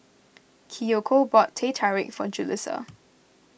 Kiyoko bought Teh Tarik for Julisa